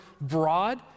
broad